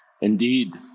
indeed